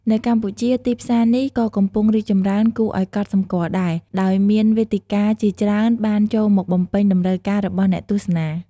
នៅកម្ពុជា ទីផ្សារនេះក៏កំពុងរីកចម្រើនគួរឲ្យកត់សម្គាល់ដែរ ដោយមានវេទិកាជាច្រើនបានចូលមកបំពេញតម្រូវការរបស់អ្នកទស្សនា។